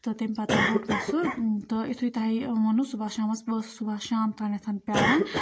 تہٕ تَمہِ پَتَن روٚٹ مےٚ سُہ تہٕ یِتھُے تۄہہِ ووٚنوُ صُبحَس شامَس بہٕ ٲسٕس صُبحَس شام تانٮ۪تھ پیٛاران